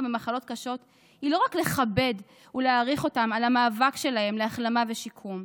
במחלות קשות היא לא רק לכבד ולהעריך אותם על המאבק שלהם להחלמה ושיקום,